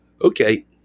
Okay